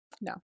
No